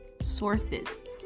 Sources